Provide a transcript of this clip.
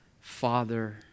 Father